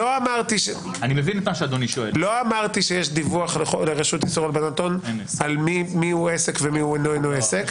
לא אמרתי שיש דיווח לרשות לאיסור הלבנת הון מיהו עסק ומי איננו עסק,